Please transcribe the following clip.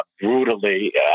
brutally